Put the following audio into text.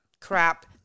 crap